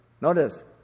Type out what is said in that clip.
Notice